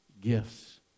gifts